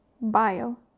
bio